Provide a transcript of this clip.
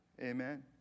Amen